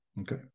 okay